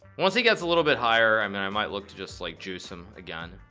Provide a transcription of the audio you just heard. once he gets a little bit higher i mean i might look to just like juice him again